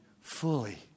fully